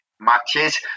matches